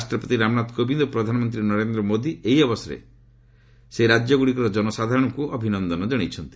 ରାଷ୍ଟ୍ରପତି ରାମନାଥ କୋବିନ୍ଦ ଓ ପ୍ରଧାନମନ୍ତ୍ରୀ ନରେନ୍ଦ୍ର ମୋଦି ଏହି ଅବସରରେ ସେହି ରାଜ୍ୟଗୁଡ଼ିକର ଜନସାଧାରଣଙ୍କୁ ଅଭିନନ୍ଦନ ଜଣାଇଛନ୍ତି